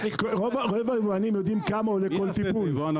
רוב היבואנים יודעים כמה עולה כל תיקון.